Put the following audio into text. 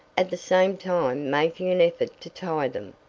at the same time making an effort to tie them,